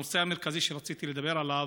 הנושא המרכזי שרציתי לדבר עליו: